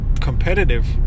competitive